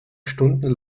stunden